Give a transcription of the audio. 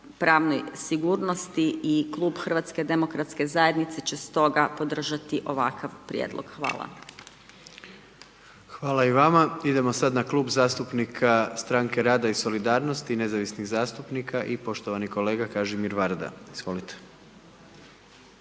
pravnoj sigurnosti. I klub HDZ-a će stoga podržati ovakav prijedlog. Hvala. **Jandroković, Gordan (HDZ)** Hvala i vama. Idemo sada na Klub zastupnika Stranke rada i solidarnosti i nezavisnih zastupnika i poštovani kolega Kažimir Varda. Izvolite.